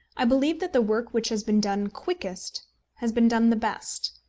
i believe that the work which has been done quickest has been done the best.